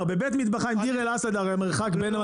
כלומר בבית מטבחים דיר אל אסד הרי המרחק ממנו